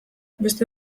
beste